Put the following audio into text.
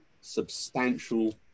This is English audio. substantial